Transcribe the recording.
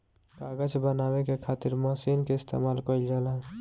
कागज बनावे के खातिर मशीन के इस्तमाल कईल जाला